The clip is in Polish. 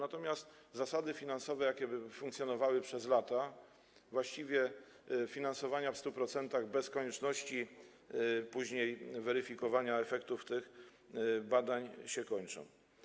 Natomiast zasady finansowe, jakie funkcjonowały przez lata, dotyczące właściwie finansowania w 100% bez konieczności później weryfikowania efektów tych badań, się kończą.